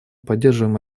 поддерживаем